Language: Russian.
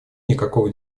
никакого